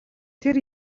тэр